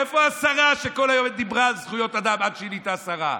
איפה השרה שכל היום דיברה על זכויות אדם עד שהיא נהייתה שרה?